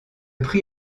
prix